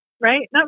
right